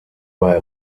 bei